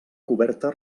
coberta